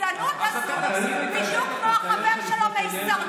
הוא בא ללמד את המזרחים שיעור בהיסטוריה?